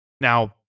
Now